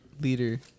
leader